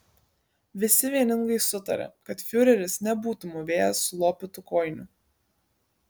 visi vieningai sutarė kad fiureris nebūtų mūvėjęs sulopytų kojinių